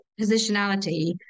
positionality